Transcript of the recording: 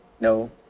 No